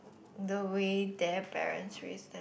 the way their parents raised